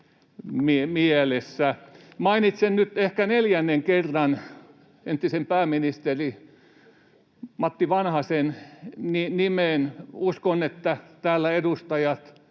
Mainitsen nyt ehkä neljännen kerran entisen pääministeri Matti Vanhasen nimen. Uskon, että täällä edustajat